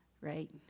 Right